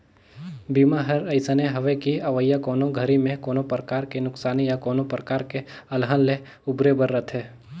बीमा हर अइसने हवे कि अवइया कोनो घरी मे कोनो परकार के नुकसानी या कोनो परकार के अलहन ले उबरे बर रथे